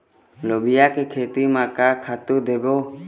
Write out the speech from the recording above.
लोबिया के खेती म का खातू देबो?